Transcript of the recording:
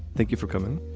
thank you for coming.